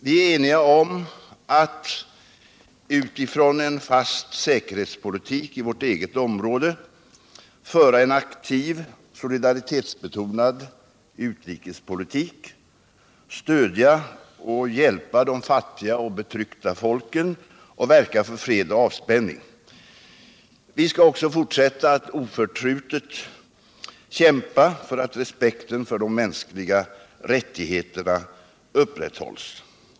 Vi är eniga om att .— utifrån en fast säkerhetspolitik i vårt eget område — föra en aktiv, solidaritetsbetonad utrikespolitik, stödja och hjälpa de fattiga och betrycka folken och verka för fred och avspänning. Vi skall också fortsätta att oförtrutet kämpa för att respekten för de mänskliga rättigheterna uppträtthålls.